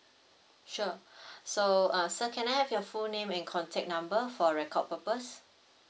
sure so uh sir can I have your full name and contact number for record purpose